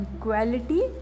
quality